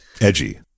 edgy